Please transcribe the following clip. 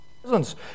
presence